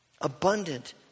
Abundant